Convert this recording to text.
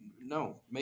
No